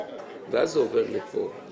שזה ייאמר בחקיקה כאמירה נורמטיבית שרצח נשים הוא דבר